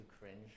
cringe